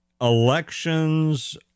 elections